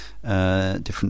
Different